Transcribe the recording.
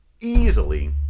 easily